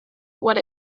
what